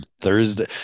Thursday